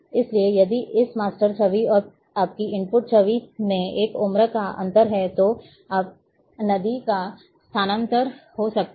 इसलिए यदि इस मास्टर छवि और आपकी इनपुट छवि में एक उम्र का अंतर है तो नदी का स्थानांतरण हो सकता है